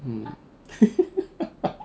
mm